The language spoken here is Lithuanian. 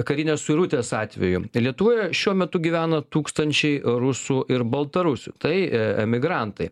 karinės suirutės atveju lietuvoje šiuo metu gyvena tūkstančiai rusų ir baltarusių tai e emigrantai